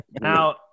Now